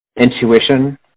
intuition